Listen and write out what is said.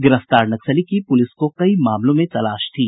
गिरफ्तार नक्सली की पुलिस को कई मामलों में तलाश थी